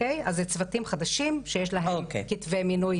אז אלה צוותים חדשים שיש להם כתבי מינוי חדשים,